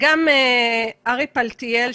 ארי פלטיאל,